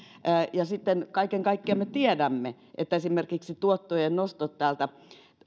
kaiken kaikkiaan me tiedämme että esimerkiksi tuottojen nostot tältä